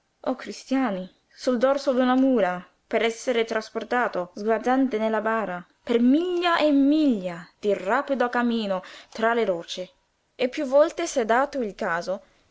o cristiani sul dorso d'una mula per essere trasportato sguazzante nella bara per miglia e miglia di ripido cammino tra le rocce e piú volte s'è dato il caso